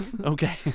Okay